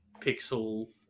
pixel